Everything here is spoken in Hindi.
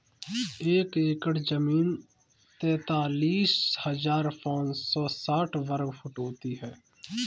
एक एकड़ जमीन तैंतालीस हजार पांच सौ साठ वर्ग फुट होती है